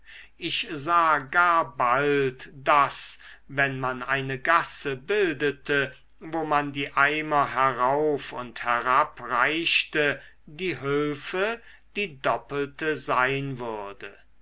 ich sah gar bald daß wenn man eine gasse bildete wo man die eimer herauf und herabreichte die hülfe die doppelte sein würde